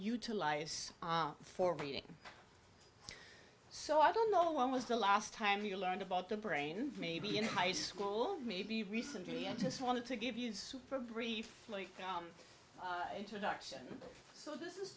utilize for reading so i don't know when was the last time you learned about the brain maybe in high school maybe recently and just wanted to give you for a brief introduction so this is